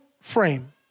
frame